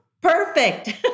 perfect